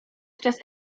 czasie